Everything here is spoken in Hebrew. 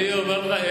אני אומר לך,